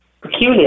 peculiar